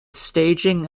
staging